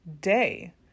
day